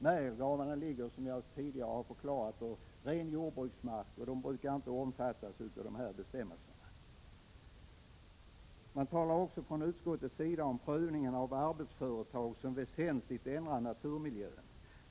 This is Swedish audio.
Märgelgravarna ligger, som jag tidigare har förklarat, på ren jordbruksmark och brukar inte omfattas av dessa bestämmelser. I utskottets betänkande talas också om prövning av arbetsföretag som väsentligt ändrar naturmiljön.